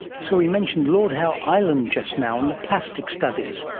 so we mentioned lord howe island just now and the plastic studies,